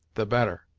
the better.